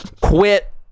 quit